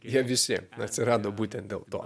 jie visi atsirado būtent dėl to